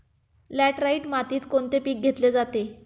Laterite मातीत कोणते पीक घेतले जाते?